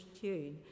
tune